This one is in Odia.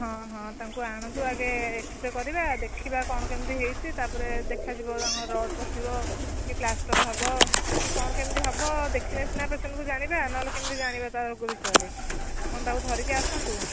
ହଁ ହଁ ତାଙ୍କୁ ଆଣନ୍ତୁ ଆଗେ ଏକ୍ସରେ କରିବା ଦେଖିବା କ'ଣ କେମିତି ହେଇଚି ତା'ପରେ ଦେଖାଯିବ ତାଙ୍କ ରଡ଼୍ ପଶିବ କି ପ୍ଲାଷ୍ଟର୍ ହବ କି କ'ଣ କେମିତି ହବ ଦେଖିଲେ ସିନା ପେସେଣ୍ଟକୁ ଜାଣିବା ନହେଲେ କେମିତି ଜାଣିବା ତା'ରୋଗ ବିଷୟରେ ଆପଣ ତାଙ୍କୁ ଧରିକି ଆସନ୍ତୁ